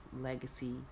legacy